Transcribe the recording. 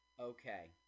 Okay